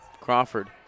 Crawford